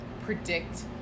predict